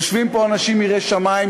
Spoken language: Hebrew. יושבים פה אנשים יראי שמים,